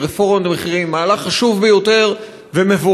מחירים, רפורמות במחירים, מהלך חשוב ביותר ומבורך.